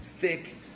thick